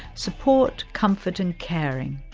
support, comfort and caring.